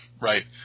right